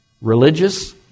religious